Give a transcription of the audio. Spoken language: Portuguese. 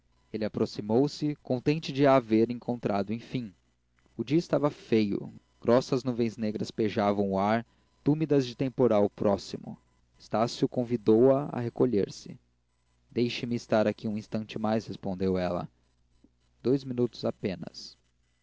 ele aproximou-se contente de a haver encontrado enfim o dia estava feio grossas nuvens negras pejavam o ar túmidas de temporal próximo estácio convidou a a recolher-se deixe-me estar aqui um instante mais respondeu ela dois minutos apenas